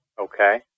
Okay